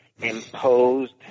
imposed